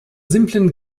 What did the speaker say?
simplen